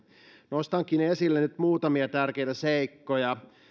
nostankin esille nyt muutamia tärkeitä seikkoja